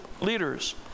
leaders